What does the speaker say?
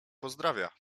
pozdrawia